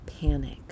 Panic